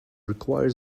requires